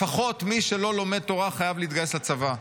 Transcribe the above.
לפחות מי שלא לומד תורה חייב להתגייס לצבא.